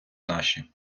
наші